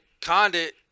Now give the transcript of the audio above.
Condit